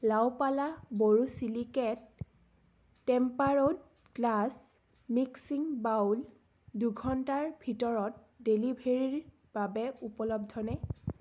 La Opala borosilicate tempered glass mixing bowl দুঘণ্টাৰ ভিতৰত ডেলিভাৰীৰ বাবে উপলব্ধনে